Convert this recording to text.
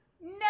No